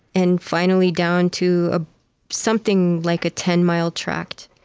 and finally down to ah something like a ten mile tract.